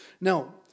Now